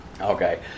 okay